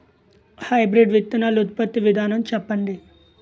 Hybrid విత్తనాలు ఉత్పత్తి విధానం చెప్పండి?